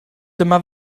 dyma